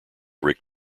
rick